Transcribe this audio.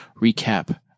Recap